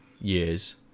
years